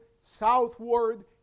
southward